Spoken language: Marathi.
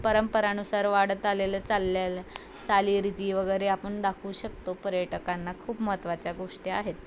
परंपरानुसार वाढत आलेलं चालल्यालं चालीरीती वगैरे आपण दाखवू शकतो पर्यटकांना खूप महत्त्वाच्या गोष्टी आहेत